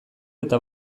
eta